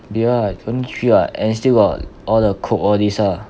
没有 [what] it's only three [what] and still got all the coke all this ah